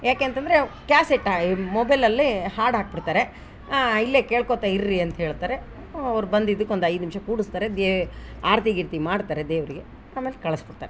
ಯಾಕೆ ಅಂತಂದರೆ ಕ್ಯಾಸೆಟ್ ಈ ಮೊಬೈಲಲ್ಲಿ ಹಾಡು ಹಾಕಿಬಿಡ್ತಾರೆ ಇಲ್ಲೇ ಕೇಳ್ಕೋತ ಇರ್ರಿ ಅಂತ ಹೇಳ್ತಾರೆ ಅವ್ರು ಬಂದಿದಕ್ಕೊಂದು ಐದು ನಿಮಿಷ ಕೂಡಿಸ್ತಾರೆ ದೇ ಆರತಿ ಗೀರತಿ ಮಾಡ್ತಾರೆ ದೇವರಿಗೆ ಆಮೇಲೆ ಕಳಿಸ್ಬಿಡ್ತಾರೆ